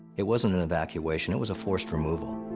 it wasn't an evacuation. it was a forced removal.